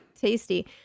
tasty